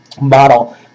model